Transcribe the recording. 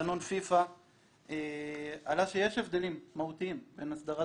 תקנות פיפ"א עלה שיש הבדלים מהותיים בין הסדרת